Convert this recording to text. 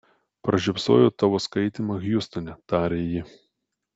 pražiopsojau tavo skaitymą hjustone tarė ji